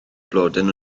blodyn